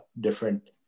different